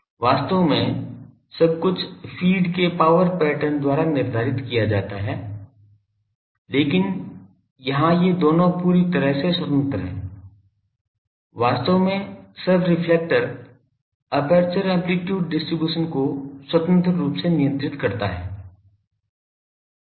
वास्तव में सब कुछ फ़ीड के पावर पैटर्न द्वारा निर्धारित किया जाता है लेकिन यहां ये दोनों पूरी तरह से स्वतंत्र हैं वास्तव में sub reflector aperture amplitude distribution को स्वतंत्र रूप से नियंत्रित करता है